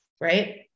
right